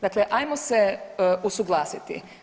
Dakle, ajmo se usuglasiti.